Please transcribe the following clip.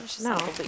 No